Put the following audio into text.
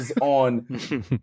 on